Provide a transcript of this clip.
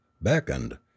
beckoned